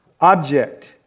object